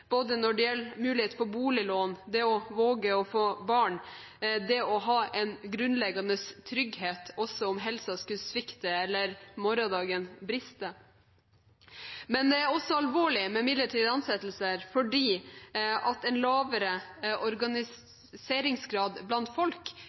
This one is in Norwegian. både når det gjelder mulighet for boliglån, det å våge å få barn og det å ha en grunnleggende trygghet også om helsen skulle svikte eller morgendagen briste. Men det er også alvorlig med midlertidige ansettelser fordi en lavere organiseringsgrad blant folk